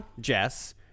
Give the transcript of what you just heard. Jess